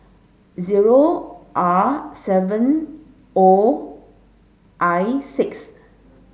zero R seven O I six